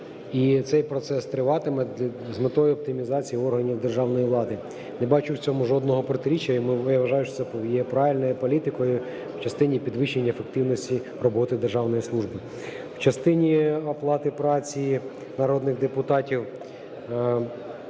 і цей процес триватиме з метою оптимізації органів державної влади. Не бачу в цьому жодного протиріччя. І я вважаю, що це є правильною політикою в частині підвищення ефективності роботи державної служби. В частині оплати праці народних депутатів,